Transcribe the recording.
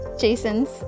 Jason's